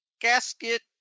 gasket